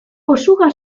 osuga